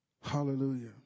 Hallelujah